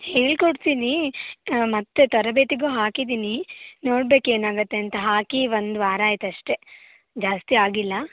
ಹೇಳಿಕೊಡ್ತೀನಿ ಮತ್ತು ತರಬೇತಿಗೂ ಹಾಕಿದ್ದೀನಿ ನೋಡಬೇಕು ಏನು ಆಗತ್ತೆ ಅಂತ ಹಾಕಿ ಒಂದು ವಾರ ಆಯಿತು ಅಷ್ಟೆ ಜಾಸ್ತಿ ಆಗಿಲ್ಲ